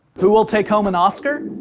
who will take home an oscar?